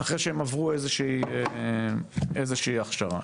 אחרי שהם עברו איזושהי הכשרה.